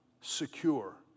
secure